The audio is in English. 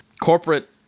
corporate